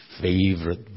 favorite